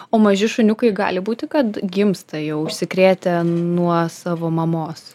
o maži šuniukai gali būti kad gimsta jau užsikrėtę nuo savo mamos